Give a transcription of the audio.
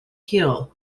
hill